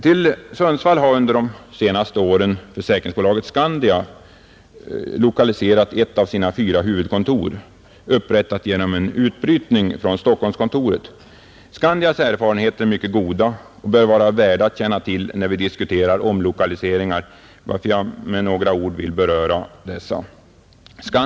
Till Sundsvall har under de senaste åren Försäkringsbolaget Skandia lokaliserat ett av sina fyra huvudkontor, upprättat genom en utbrytning från Stockholmskontoret. Skandias erfarenheter är mycket goda, och det bör vara av värde att känna till dem när vi diskuterar omlokaliseringar, varför jag med några ord vill beröra dem.